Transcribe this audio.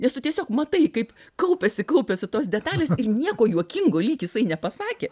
nes tu tiesiog matai kaip kaupiasi kaupiasi tos detalės ir nieko juokingo lyg jisai nepasakė